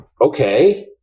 okay